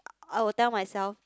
I will tell myself